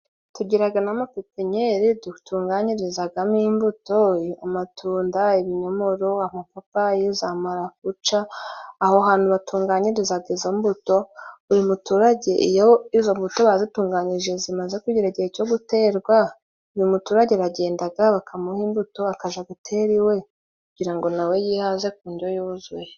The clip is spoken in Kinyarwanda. Tugiraga n'amapepinyeri dutunganyirizagamo imbuto: amatunda, ibinyomoro, amapapayi, za marakuca, Aho hantu batunganyirizaga izo mbuto, uyu muturage iyo izo mbuto bazitunganyije zimaze kugera igihe cyo guterwa, uyu muturage aragendaga bakamuha imbuto akaja gutera iwe kugira ngo na we yihaze ku ndyo yuzuye.